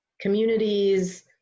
communities